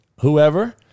whoever